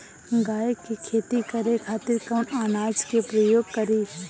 गेहूं के खेती करे खातिर कवन औजार के प्रयोग करी?